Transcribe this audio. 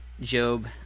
Job